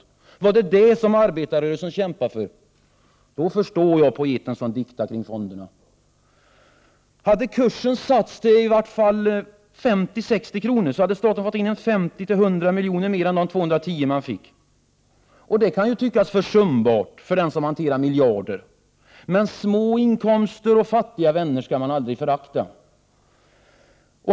Var det detta som arbetarrörelsen kämpade för? Då förstår jag poeten som diktade kring fonderna. Hade kursen satts till i vart fall 50-60 kr. så hade staten fått in 50-100 milj.kr. mer än de 210 miljoner man fick. Det kan tyckas försumbart för den som hanterar miljarder, men små inkomster och fattiga vänner skall aldrig föraktas.